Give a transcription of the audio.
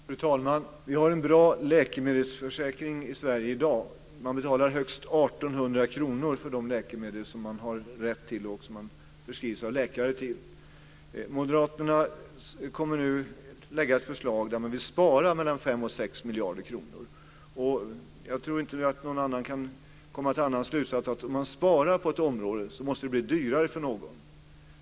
Fru talman! Vi har en bra läkemedelsförsäkring i Sverige i dag. Man betalar högst 1 800 kr för de läkemedel som man har rätt till och som man får förskrivna av läkare. Moderaterna kommer nu att lägga fram ett förslag där man vill spara mellan 5 miljarder och 6 miljarder kronor. Jag tror inte att någon kan komma till någon annan slutsats än att om man sparar på ett område så måste det bli dyrare för någon.